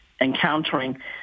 encountering